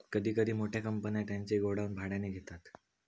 कधी कधी मोठ्या कंपन्या त्यांचे गोडाऊन भाड्याने घेतात